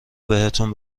بهتون